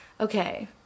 okay